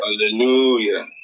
Hallelujah